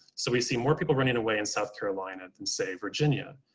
so we see more people running away in south carolina than say, virginia.